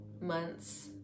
months